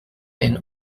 and